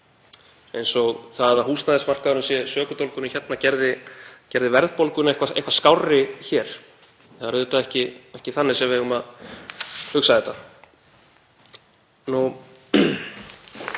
eins og það að húsnæðismarkaðurinn sé sökudólgurinn geri verðbólguna eitthvað skárri hér. Það er auðvitað ekki þannig sem við eigum að